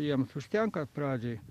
jiems užtenka pradžiai